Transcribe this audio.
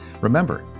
Remember